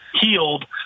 healed